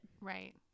Right